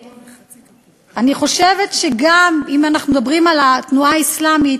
אני חושבת גם שאם אנחנו מדברים על התנועה האסלאמית,